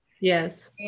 Yes